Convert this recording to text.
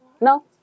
no